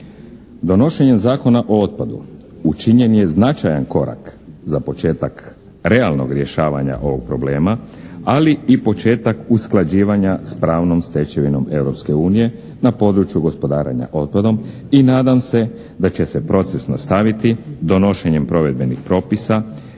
Donošenjem Zakona o otpadu učinjen je značajan korak za početak realnog rješavanja ovog problema, ali i početak usklađivanja s pravnom stečevinom Europske unije na području gospodarenja otpadom i nadam se da će se proces nastaviti donošenjem provedbenih propisa